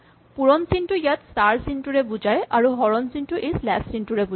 পূৰণ চিনটো ইয়াত স্টাৰ চিনটোৰে বুজায় আৰু হৰণ চিনটো এই স্লেচ চিনটোৰে বুজায়